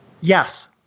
Yes